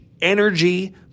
energy